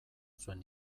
zuen